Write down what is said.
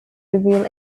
reveal